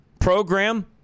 program